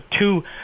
two